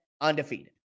undefeated